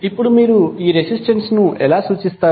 ఇప్పుడు మీరు ఈ రెసిస్టెన్స్ ను ఎలా సూచిస్తారు